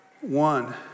One